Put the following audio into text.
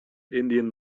indian